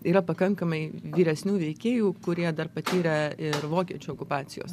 yra pakankamai vyresnių veikėjų kurie dar patyrę ir vokiečių okupacijos